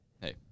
Hey